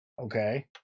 Okay